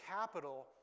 capital